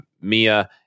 Mia